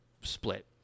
split